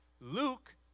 Luke